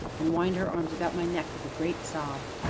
and wind her arms about my neck, with a great sob.